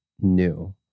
new